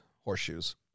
horseshoes